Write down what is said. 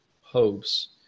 hopes